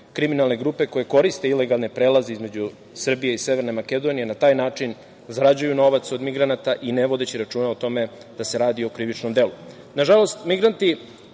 kriminalne grupe koje koriste ilegalne prelaze između Srbije i Severne Makedonije. Na taj način zarađuju novac od migranata i ne vodeći računa o tome da se radi o krivičnom